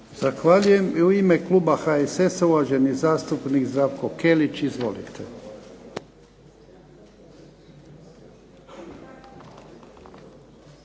Zahvaljujem. I u ime kluba HSS-a, uvaženi zastupnik Zdravko Kelić. Izvolite.